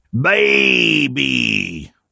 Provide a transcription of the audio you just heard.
Baby